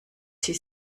sie